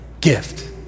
gift